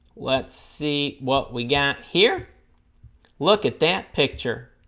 let's see what we got here look at that picture